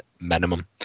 minimum